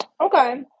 Okay